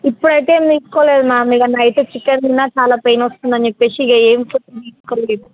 ఇప్పుడు అయితే ఏమి తీసుకోలేదు మ్యామ్ ఇక నైట్ చికెన్ తిన్న చాలా పెయిన్ వస్తుంది అని చెప్పి ఇక ఏమి ఫుడ్ తీసుకోలేదు